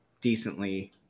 decently